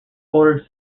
ordered